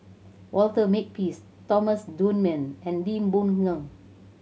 Walter Makepeace Thomas Dunman and Lee Boon Ngan